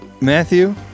Matthew